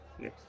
Yes